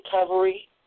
recovery